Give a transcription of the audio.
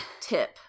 tip